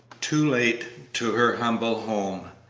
too late to her humble home.